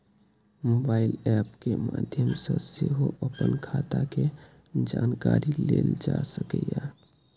mobile app के माध्य सं सेहो अपन खाता के जानकारी लेल जा सकैए